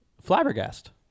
Flabbergasted